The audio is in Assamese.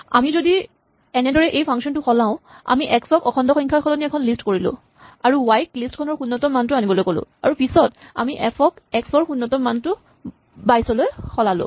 আমি যদি এনেদৰে এই ফাংচন টো সলাও আমি এক্স ক অখণ্ড সংখ্যা ৰ সলনি এখন লিষ্ট কৰিলো আৰু ৱাই ক লিষ্ট খনৰ শূণ্যতম মানটো আনিবলৈ ক'লো আৰু পিছত আমি এফ ত এক্স ৰ শূণ্যতম মানটো ২২ টোলৈ সলালো